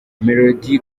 melodie